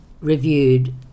reviewed